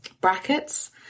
brackets